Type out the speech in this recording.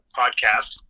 podcast